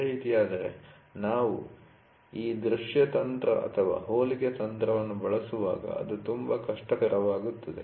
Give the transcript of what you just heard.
ಈ ರೀತಿಯಾದರೆ ನಾವು ಈ ದೃಶ್ಯ ತಂತ್ರ ಅಥವಾ ಹೋಲಿಕೆ ತಂತ್ರವನ್ನು ಬಳಸುವಾಗ ಅದು ತುಂಬಾ ಕಷ್ಟಕರವಾಗುತ್ತದೆ